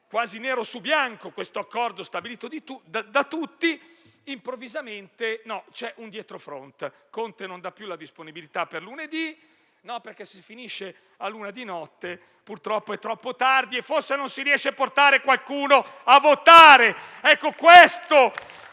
quasi nero su bianco questo accordo stabilito da tutti, c'è stato un dietrofront: Conte non dà più la disponibilità per lunedì perché, se si finisce all'una di notte, purtroppo è troppo tardi e forse non si riesce a portare qualcuno a votare.